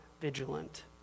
vigilant